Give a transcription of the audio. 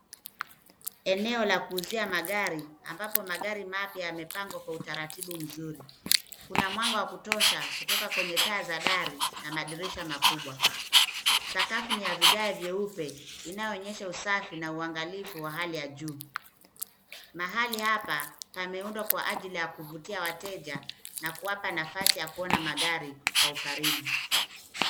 Eneo la kuuzia magari ambapo magari mapya yamepangwa kwa utaratibu mzuri. Kuna mwanga wa kutosha kutoka kwenye taa za dari na madirisha makubwa. Sakafu ni ya vigae vyeupe inayoonyesha usafi na uangalifu wa hali ya juu. Mahali hapa pameundwa kwa ajili ya kuvutia wateja na kuwapa nafasi ya kuona magari kwa ukaribu.